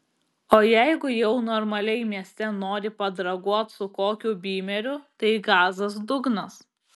o jeigu jau normaliai mieste nori padraguot su kokiu bymeriu tai gazas dugnas